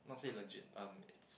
not say legit um it's